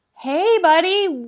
hey, buddy,